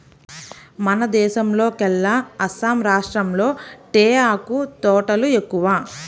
మన దేశంలోకెల్లా అస్సాం రాష్టంలో తేయాకు తోటలు ఎక్కువ